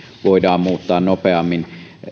voidaan muuttaa nopeammin